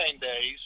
days